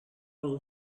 اون